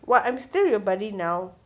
what I'm still your buddy now